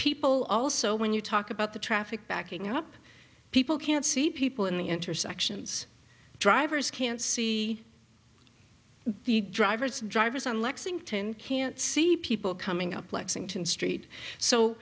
people also when you talk about the traffic backing up people can't see people in the intersections drivers can't see the drivers drivers on lexington can't see people coming up lexington street so